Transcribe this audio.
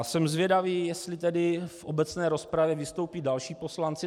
Jsem zvědavý, jestli v obecné rozpravě vystoupí další poslanci.